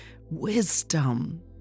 Wisdom